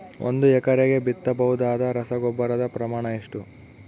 ಒಂದು ಎಕರೆಗೆ ಬಿತ್ತಬಹುದಾದ ರಸಗೊಬ್ಬರದ ಪ್ರಮಾಣ ಎಷ್ಟು?